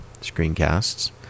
screencasts